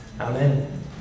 Amen